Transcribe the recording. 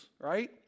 right